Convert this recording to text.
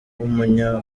w’umunya